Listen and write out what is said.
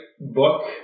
book